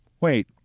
Wait